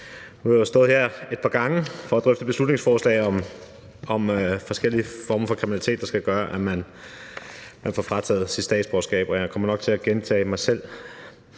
Nu har jeg stået her et par gange for at drøfte beslutningsforslag om forskellige former for kriminalitet, der skal gøre, at man får frataget sit statsborgerskab, og jeg kommer nok til at gentage mig selv.